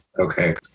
Okay